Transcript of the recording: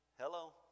hello